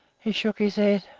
he shook his head.